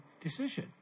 decision